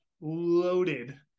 loaded